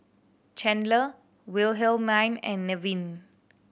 Chandler Wilhelmine and Nevin